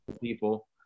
people